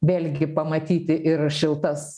vėlgi pamatyti ir šiltas